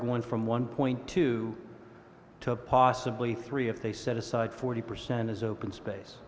going from one point two to possibly three if they set aside forty percent is open space